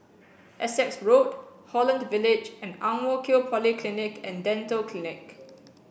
Essex Road Holland Village and Ang Mo Kio Polyclinic and Dental Clinic